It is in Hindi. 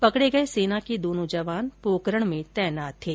पकड़े गए सेना के दोनों जवान पोकरण में तैनात थे